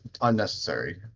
unnecessary